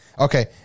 Okay